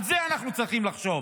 על זה אנחנו צריכים לחשוב,